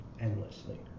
endlessly